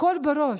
הכול בראש.